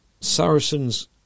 Saracens